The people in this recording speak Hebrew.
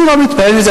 אני לא מתפעל מזה,